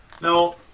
No